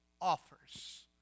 offers